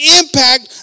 impact